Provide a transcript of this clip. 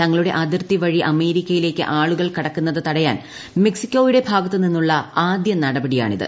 തങ്ങളുടെ അതിർത്തി വഴി അമേരിക്കയിലേക്ക് ആളുകൾ കടക്കുന്നത് തടയാൻ മെക്സിക്കോയുടെ ഭാഗത്ത് നിന്നുള്ള ആദ്യ നടപടിയാണ് ഇത്